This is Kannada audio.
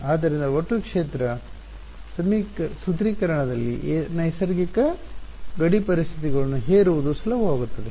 ಆದ್ದರಿಂದ ಒಟ್ಟು ಕ್ಷೇತ್ರ ಸೂತ್ರೀಕರಣದಲ್ಲಿ ನೈಸರ್ಗಿಕ ಗಡಿ ಪರಿಸ್ಥಿತಿಗಳನ್ನು ಹೇರುವುದು ಸುಲಭವಾಗುತ್ತದೆ